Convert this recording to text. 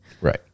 Right